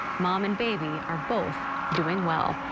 mom and baby are both doing well.